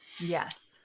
Yes